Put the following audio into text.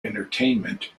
entertainment